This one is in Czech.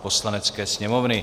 Poslanecké sněmovny